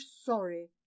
sorry